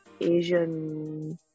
Asian